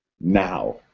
now